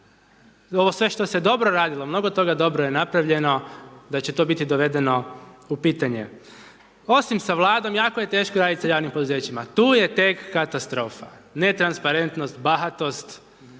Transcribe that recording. ovo sve što se dobro radilo, mnogo toga je dobro napravljeno da će to biti dovedeno u pitanje. Osim sa Vladom, jako je teško raditi sa javnim poduzećima, tu je tek katastrofa, netransparentnost, bahatost,